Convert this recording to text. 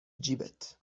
جیبت